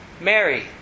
Mary